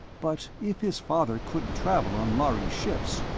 but if his father couldn't travel on lhari ships,